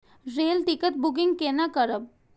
Rail ticket booking कोना करब?